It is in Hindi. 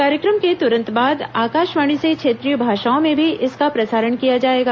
कार्यक्रम के तुरंत बाद आकाशवाणी से क्षेत्रीय भाषाओं में भी इसका प्रसारण किया जाएगा